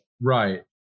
Right